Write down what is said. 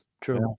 True